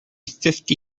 fifty